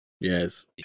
yes